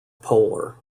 polar